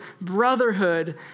brotherhood